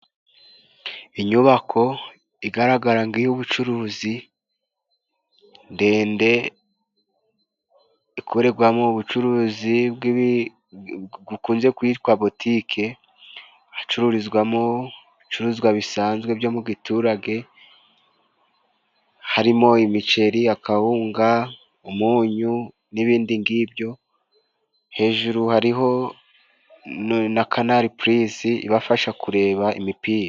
Inyubako igaragara nkiy'ubucuruzi ndende ikoregwamo ubucuruzi bukunze kwitwa Butike hacururizwamo ibicuruzwa bisanzwe byo mu giturage harimo imiceri, akawunga, umunyu n'ibindi ng'ibyo. Hejuru hariho na Kanali Pulisi ibafasha kureba imipira.